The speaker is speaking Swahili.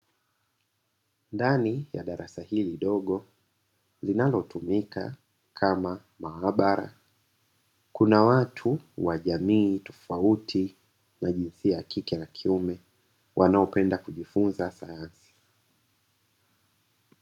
Ndani ya darasa hili dogo linalotumika kama maabara, kuna watu wa jamii tofauti na jinsia ya kike na kiume wanaopenda kujifunza sayansi.